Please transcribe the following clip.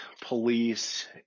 police